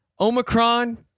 Omicron